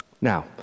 Now